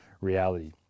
reality